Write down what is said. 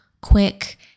quick